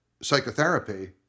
psychotherapy